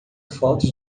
fotos